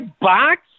box